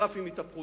הגראפים יתהפכו.